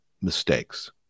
mistakes